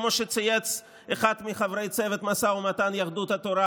כמו שצייץ אחד מחברי צוות המשא ומתן מיהדות התורה